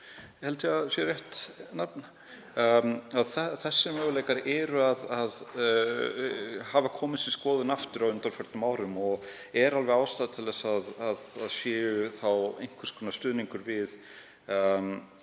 ég held að það sé rétt nafn. Þessir möguleikar hafa komist í skoðun aftur á undanförnum árum og er alveg ástæða til að það sé þá einhvers konar stuðningur við